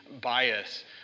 bias